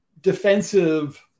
defensive